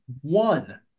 one